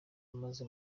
amaze